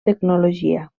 tecnologia